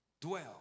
dwell